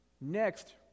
Next